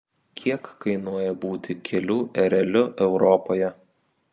kiek kainuoja būti kelių ereliu europoje